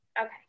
Okay